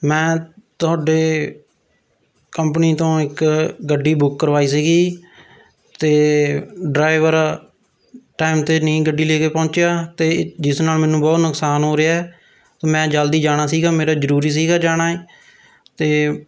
ਮੈਂ ਤੁਹਾਡੇ ਕੰਪਨੀ ਤੋਂ ਇੱਕ ਗੱਡੀ ਬੁੱਕ ਕਰਵਾਈ ਸੀਗੀ ਅਤੇ ਡਰਾਈਵਰ ਟਾਈਮ 'ਤੇ ਨਹੀਂ ਗੱਡੀ ਲੈ ਕੇ ਪਹੁੰਚਿਆ ਜਿਸ ਨਾਲ ਮੈਨੂੰ ਬਹੁਤ ਨੁਕਸਾਨ ਹੋ ਰਿਹਾ ਹੈ ਮੈਂ ਜਲਦੀ ਜਾਣਾ ਸੀਗਾ ਮੇਰਾ ਜ਼ਰੂਰੀ ਸੀਗਾ ਜਾਣਾ ਅਤੇ